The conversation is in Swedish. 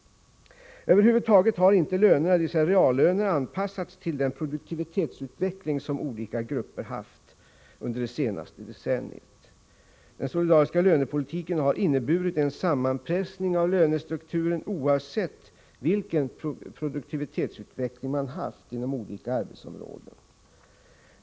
Över huvud taget har inte lönerna, alltså reallönerna, anpassats till den produktivitetsutveckling som olika grupper har haft under det senaste decenniet. Den solidariska lönepolitiken har inneburit en sammanpressning av lönestrukturen, oavsett vilken produktivitetsutveckling man har haft på olika arbetsområden.